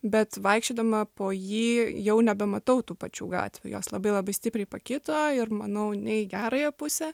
bet vaikščiodama po jį jau nebematau tų pačių gatvių jos labai labai stipriai pakito ir manau ne į gerąją pusę